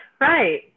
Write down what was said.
Right